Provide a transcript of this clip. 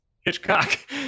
hitchcock